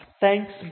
Thanks